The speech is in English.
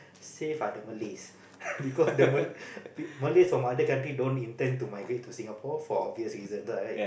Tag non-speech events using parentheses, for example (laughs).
safe are the Malays (laughs) because the Malays from other country don't intend to migrate to Singapore for obvious reasons right